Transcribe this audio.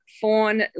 fawn